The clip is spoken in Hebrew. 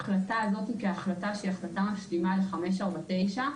ההחלטה הזאת היא החלטה משלימה ל-549,